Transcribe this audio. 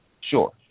Sure